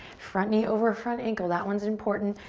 front knee over front ankle, that one is important.